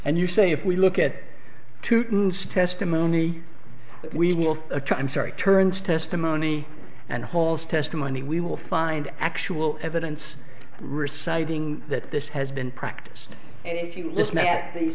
and you say if we look at testimony that we see a crime sorry turns testimony and holes testimony we will find actual evidence reciting that this has been practiced and if you list matt the